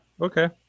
Okay